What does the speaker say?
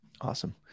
Awesome